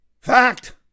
Fact